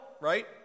right